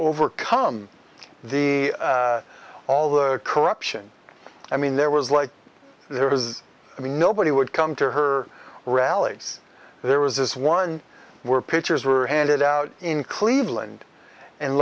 overcome the all the corruption i mean there was like there was i mean nobody would come to her rallies there was this one were pictures were handed out in cleveland and